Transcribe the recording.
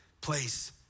place